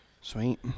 Sweet